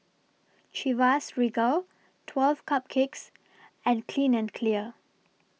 Chivas Regal twelve Cupcakes and Clean and Clear